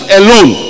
alone